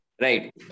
Right